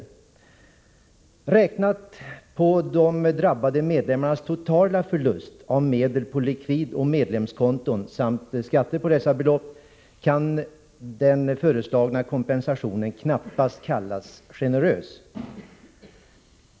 Med hänsyn till de drabbade medlemmarnas totala förlust av medel på likvidoch medlemskonton samt skatterna på dessa belopp kan den föreslagna kompensationen knappast kallas generös.